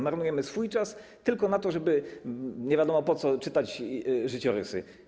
Marnujemy swój czas, tylko na to, żeby nie wiadomo po co czytać życiorysy.